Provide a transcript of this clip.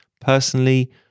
Personally